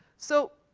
so,